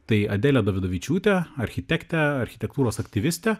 tai adelė dovydavičiūtė architektė architektūros aktyvistė